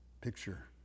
picture